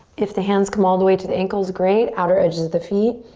if the hands come all the way to the ankles, great. outer edges the feet,